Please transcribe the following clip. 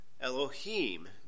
Elohim